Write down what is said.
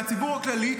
מהציבור הכללי,